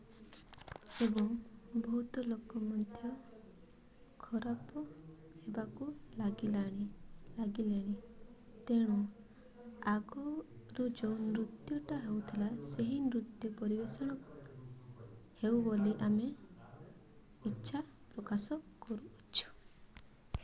ଏବଂ ବହୁତ ଲୋକ ମଧ୍ୟ ଖରାପ ହେବାକୁ ଲାଗିଲାଣି ଲାଗିଲେଣି ତେଣୁ ଆଗରୁ ଯେଉଁ ନୃତ୍ୟଟା ହେଉଥିଲା ସେଇ ନୃତ୍ୟ ପରିବେଷଣକୁ ହେଉ ବୋଲି ଆମେ ଇଚ୍ଛା ପ୍ରକାଶ କରୁଅଛୁ